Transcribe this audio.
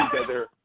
together